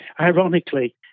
ironically